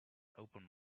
open